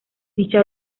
dicha